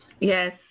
Yes